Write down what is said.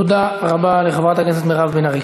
תודה רבה לחברת הכנסת מירב בן ארי.